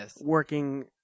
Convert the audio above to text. working